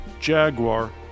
Jaguar